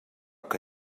què